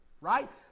Right